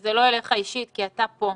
וזה לא אליך אישית, כי אתה פה.